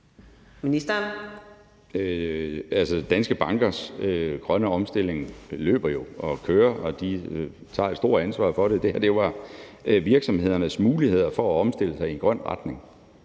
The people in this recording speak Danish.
Danske bankers grønne omstilling løber jo og kører, og de tager et stort ansvar for det. Det her var om virksomhedernes muligheder for at omstille sig i en grøn retning,